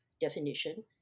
definition